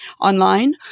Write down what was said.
online